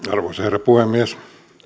arvoisa herra puhemies